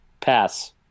Pass